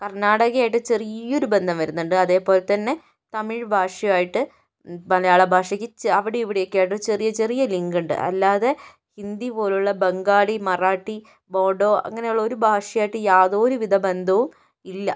കർണ്ണാടകയായിട്ട് ചെറിയൊരു ബന്ധം വരുന്നുണ്ട് അതേപോലെത്തന്നെ തമിഴ് ഭാഷയായിട്ട് മലയാള ഭാഷയ്ക്ക് ചെ അവിടെ ഇവിടെ ഒക്കെയായിട്ട് ചെറിയ ചെറിയ ലിങ്കുണ്ട് അല്ലാതെ ഹിന്ദി പോലുള്ള ബംഗാളി മറാഠി ബോഡോ അങ്ങനയൊള്ള ഒരു ഭാഷയായിട്ടും യാതോരു വിധ ബന്ധവും ഇല്ല